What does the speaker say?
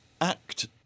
Act